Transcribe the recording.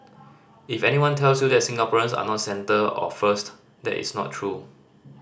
if anyone tells you that Singaporeans are not centre or first that is not true